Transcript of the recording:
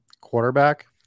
quarterback